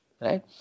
right